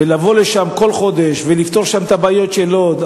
ולבוא לשם כל חודש, ולפתור שם את הבעיות של לוד.